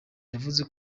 yavuze